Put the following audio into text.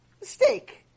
Mistake